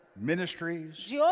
ministries